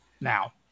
now